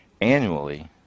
annually